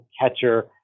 catcher